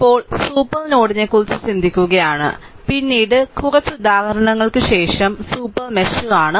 ഇപ്പോൾ സൂപ്പർ നോഡിനെക്കുറിച്ച് ചിന്തിക്കുകയാണ് പിന്നീട് കുറച്ച് ഉദാഹരണങ്ങൾക്ക് ശേഷം സൂപ്പർ മെഷ് കാണും